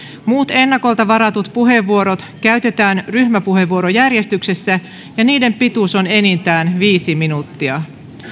muut ennakolta varatut puheenvuorot käytetään ryhmäpuheenvuorojärjestyksessä ja niiden pituus on enintään viisi minuuttia